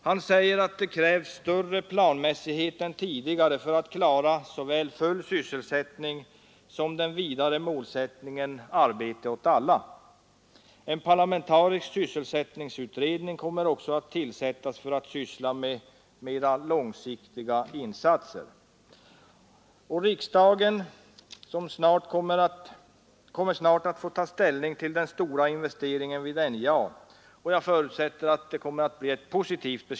Han säger att ”det krävs större planmässighet än tidigare för att klara såväl full sysselsättning som den vidare målsättningen arbete åt alla”. En parlamentarisk sysselsättningsutredning kommer också att tillsättas för att syssla med mera långsiktiga insatser. Riksdagen kommer snart att få ta ställning till den stora investeringen vid Norrbottens Järnverk, och jag förutsätter att beslutet blir positivt.